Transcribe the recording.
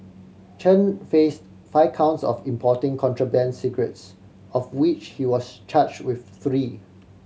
Chen faced five counts of importing contraband cigarettes of which he was charged with three